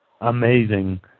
amazing